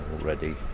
already